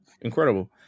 Incredible